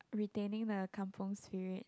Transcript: retaining the kampung spirit